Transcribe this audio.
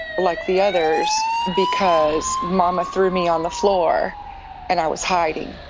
like the others, because mama threw me on the floor and i was hiding.